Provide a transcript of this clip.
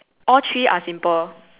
all three are simple